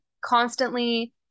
constantly